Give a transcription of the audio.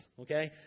okay